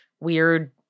weird